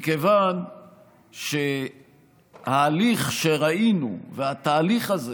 מכיוון שההליך שראינו והתהליך הזה